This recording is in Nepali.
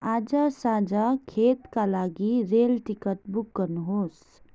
आज साँझ खेदका लागि रेल टिकट बुक गर्नुहोस्